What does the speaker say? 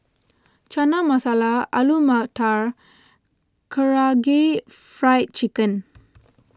Chana Masala Alu Matar Karaage Fried Chicken